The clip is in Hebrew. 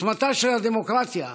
עוצמתה של הדמוקרטיה,